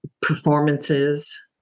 performances